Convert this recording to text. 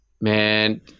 man